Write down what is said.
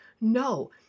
no